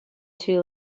too